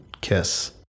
Kiss